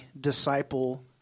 disciple